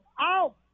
out